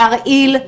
להרעיל,